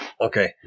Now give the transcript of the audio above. Okay